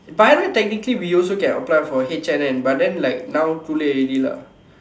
by right technically we also can also apply for H&M but now too late already lah